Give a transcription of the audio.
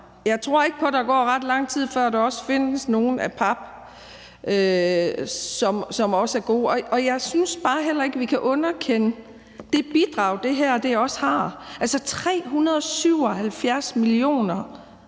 jeg tror ikke på, at der går ret lang tid, før der også findes nogle af pap, som er gode. Jeg synes bare heller ikke, vi kan underkende det bidrag, som det her også er. Det drejer